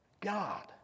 God